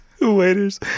Waiters